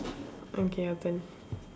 okay your turn